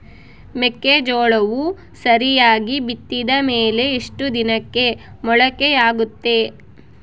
ಮೆಕ್ಕೆಜೋಳವು ಸರಿಯಾಗಿ ಬಿತ್ತಿದ ಮೇಲೆ ಎಷ್ಟು ದಿನಕ್ಕೆ ಮೊಳಕೆಯಾಗುತ್ತೆ?